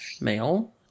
male